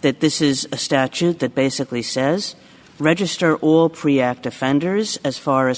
that this is a statute that basically says register or preempt offenders as far as